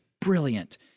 brilliant